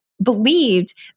believed